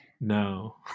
no